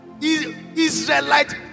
Israelite